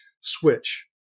Switch